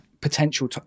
potential